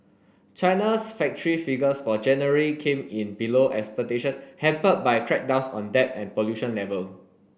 China's factory figures for January came in below expectation hampered by crackdowns on debt and pollution level